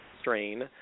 strain